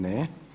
Ne.